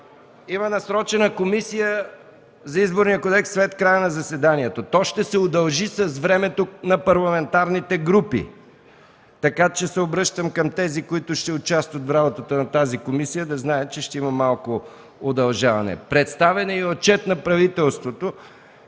има насрочена комисия за Изборния кодекс. То ще се удължи с времето на парламентарните групи, така че се обръщам към тези, които ще участват в работата на тази комисия, да знаят, че ще има малко удължаване. Представяне и отчет на правителството.